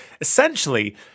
essentially